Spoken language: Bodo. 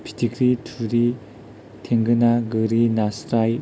फिथिख्रि थुरि थेंगोना गोरि नास्राय